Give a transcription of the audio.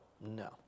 no